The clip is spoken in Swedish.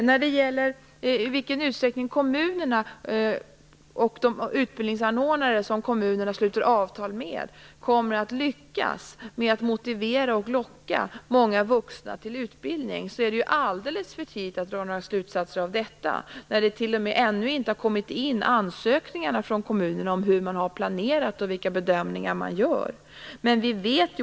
I frågan om i vilken utsträckning kommunerna och de utbildningsanordnare som kommunerna sluter avtal med kommer att lyckas med att motivera och locka många vuxna till utbildning är det alldeles för tidigt att dra några slutsatser. Det är ju t.o.m. så att ansökningarna från kommunerna ännu inte har kommit in. Det gäller då hur man har planerat och vilka bedömningar man gör.